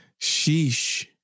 Sheesh